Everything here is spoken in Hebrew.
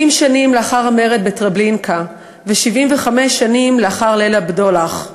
70 שנים אחר המרד בטרבלינקה ו-75 שנים לאחר "ליל הבדולח".